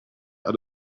out